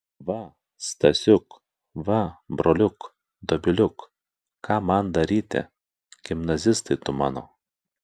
va stasiuk va broliuk dobiliuk ką man daryti gimnazistai tu mano